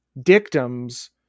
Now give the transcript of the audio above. dictums